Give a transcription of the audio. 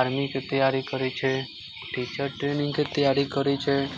आर्मीके तैयारी करै छै टीचर ट्रेनिंगके तैयारी करै छै